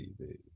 TV